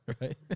right